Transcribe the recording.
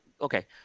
okay